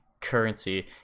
currency